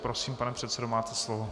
Prosím, pane předsedo, máte slovo.